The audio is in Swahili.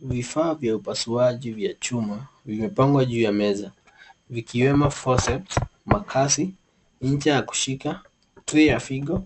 Vifaa vya upasuaji vya chuma vimepangwa juu ya meza, vikiwemo forceps , makasi, ncha ya kushika, trei ya figo